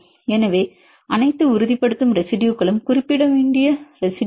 எனவே அனைத்து உறுதிப்படுத்தும் ரெசிடுயுகளும் குறிப்பிடப்பட வேண்டிய ரெசிடுயுகள்